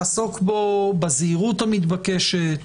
לעסוק בו בזהירות המתבקשת,